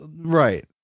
Right